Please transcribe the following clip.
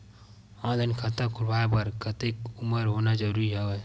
Online खाता खुलवाय बर कतेक उमर होना जरूरी हवय?